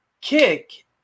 kick